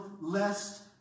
lest